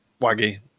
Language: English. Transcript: waggy